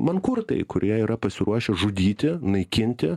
mankurtai kurie yra pasiruošę žudyti naikinti